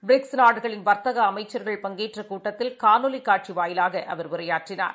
BRICS நாடுகளின் வா்த்தகஅமைச்சா்கள் பங்கேற்றகூட்டத்தில் காணொலிகாட்சிவாயிலாகஅவர் உரையாற்றினார்